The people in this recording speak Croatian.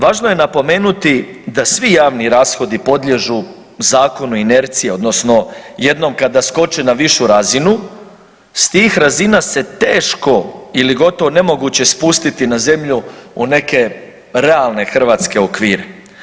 Važno je napomenuti da svi javni rashodi podliježu zakonu inercije odnosno jednom kada skoče na višu razinu s tih razina se teško ili gotovo nemoguće spustiti na zemlju u neke realne hrvatske okvire.